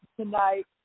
tonight